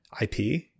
IP